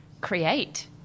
create